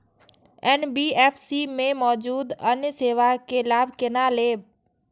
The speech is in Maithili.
एन.बी.एफ.सी में मौजूद अन्य सेवा के लाभ केना लैब?